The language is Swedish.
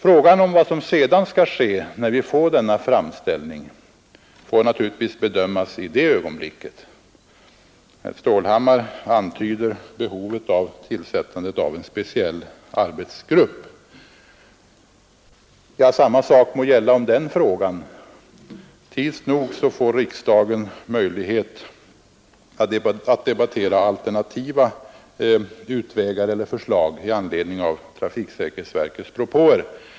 Frågan om vad som skall ske när vi får denna framställning bör naturligtvis bedömas i det ögonblicket. Herr Stålhammar antyder behovet av att en speciell arbetsgrupp tillsätts. Samma sak må gälla om den frågan. Tids nog får riksdagen möjlighet att debattera alternativa förslag i anledning av trafiksäkerhetsverkets propåer.